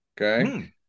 Okay